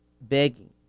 begging